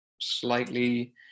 slightly